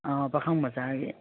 ꯑꯧ ꯄꯥꯈꯪ ꯃꯆꯥꯒꯤ